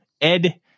Ed